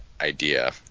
idea